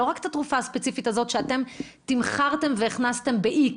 לא רק את התרופה הספציפית הזאת שאתם תמחרתם והכנסתם ב-X.